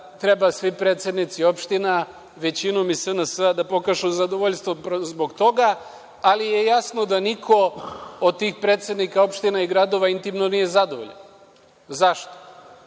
treba svi predsednici opština, većinom iz SNS, da pokažu zadovoljstvo zbog toga, ali je jasno da niko od tih predsednika opština i gradova nije zadovoljan.Zašto?